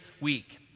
week